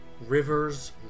rivers